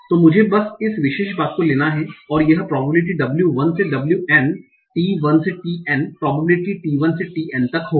तो मुझे बस इस विशेष बात को लेना हैं और यह प्रोबेबिलिटी w1 से wn t1 से tn प्रोबेबिलिटी t1 से tn तक होगी